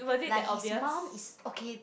like his mum is okay